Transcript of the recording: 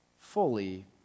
fully